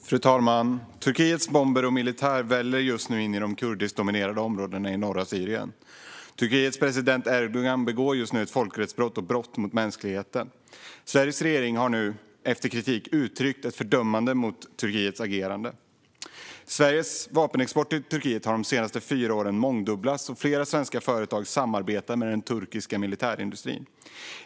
Fru talman! Turkiets bomber och militär väller just nu in i de kurdiskdominerade områdena i norra Syrien, och Turkiets president Erdogan begår ett folkrättsbrott och brott mot mänskligheten. Sveriges regering har efter kritik nu uttryckt ett fördömande av Turkiets agerande. Sveriges vapenexport till Turkiet har under de senaste fyra åren mångdubblats, och flera svenska företag samarbetar med den turkiska militärindustrin.